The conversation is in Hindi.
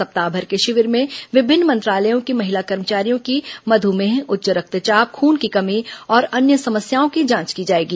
सप्ताहभर के शिविर में विभिन्न मंत्रालयों की महिला कर्मचारियों की मधुमेह उच्च रक्तचाप खून की कमी और अन्य समस्याओं की जांच की जाएगी